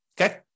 Okay